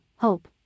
Hope